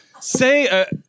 say